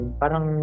parang